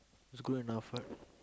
it's good enough right